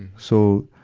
so,